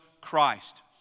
Christ